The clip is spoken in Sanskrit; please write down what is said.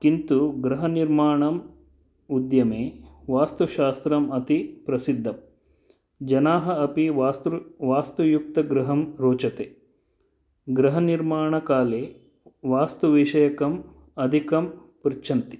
किन्तु गृहनिर्माणम् उद्यमे वास्तुशास्त्रम् अति प्रसिद्धं जनाः अपि वास्तु वास्तुयुक्तगृहं रोचते गृहनिर्माणकाले वास्तुविषयकम् अधिकम् पृच्छन्ति